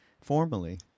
formally